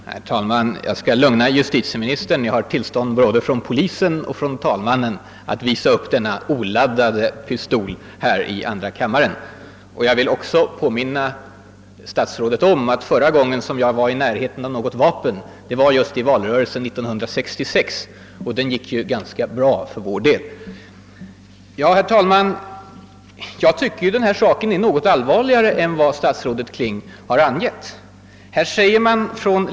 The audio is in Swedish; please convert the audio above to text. Herr talman! Jag skall lugna justitieministern: jag har tillstånd både från polisen och från talmannen att visa upp de här oladdade pistolerna i andra kammaren. Jag vill också påminna statsrådet om att förra gången jag var i närheten av något vapen, den där gamla kanonen, var just i valrörelsen 1966, och den gick ganska bra för oss. Jag tycker att den här frågan är något allvarligare än vad statsrådet Kling har sagt.